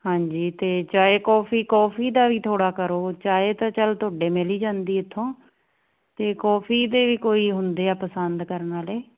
ਹਾਂਜੀ ਤੇ ਚਾਏ ਕਾਫੀ ਕਾਫੀ ਦਾ ਵੀ ਥੋੜਾ ਕਰੋ ਚਾਹੇ ਤਾਂ ਚੱਲ ਤੁਹਾਡੇ ਮਿਲ ਹੀ ਜਾਂਦੀ ਇਥੋਂ ਤੇ ਕਾਫੀ ਦੇ ਵੀ ਕੋਈ ਹੁੰਦੇ ਆ ਪਸੰਦ ਕਰਨ ਵਾਲੇ